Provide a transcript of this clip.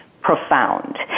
profound